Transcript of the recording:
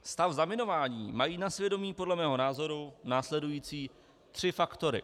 Stav zaminování mají na svědomí podle mého názoru následující tři faktory: